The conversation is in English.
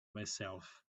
myself